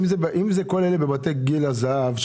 אם כל אלה בבתי גיל הזהב,